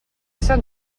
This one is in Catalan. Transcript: sant